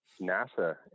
NASA